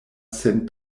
sen